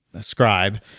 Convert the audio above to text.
scribe